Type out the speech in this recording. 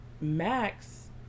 Max